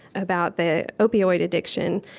about the opioid addiction.